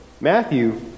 Matthew